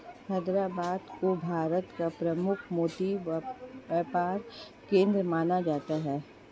हैदराबाद को भारत का प्रमुख मोती व्यापार केंद्र माना जाता है